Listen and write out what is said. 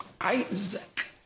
Isaac